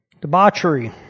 Debauchery